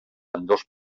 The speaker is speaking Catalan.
ambdós